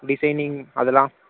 designing அதெல்லாம்